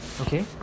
okay